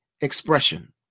expression